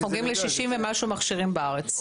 אנחנו מגיעים ל-60 ומשהו מכשירים בארץ.